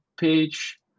page